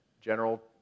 General